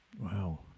Wow